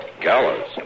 Gallows